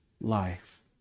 life